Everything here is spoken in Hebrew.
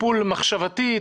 טיפול מחשבתי,